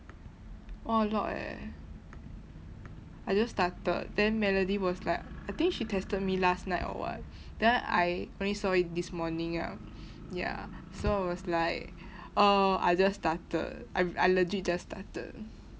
oh a lot eh I just started then melody was like I think she texted me last night or what then I only saw it this morning ah ya so I was like err I just started I I legit just started